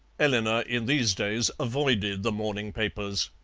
eleanor in these days avoided the morning papers.